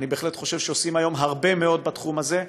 ואני בהחלט חושב שעושים היום הרבה מאוד בתחום הזה.